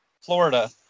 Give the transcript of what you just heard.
Florida